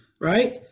right